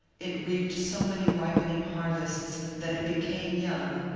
it reaped so many ripening harvests that it became young,